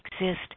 exist